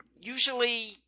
Usually